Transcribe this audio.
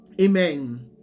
Amen